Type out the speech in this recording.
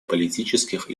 политических